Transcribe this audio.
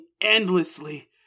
endlessly